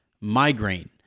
migraine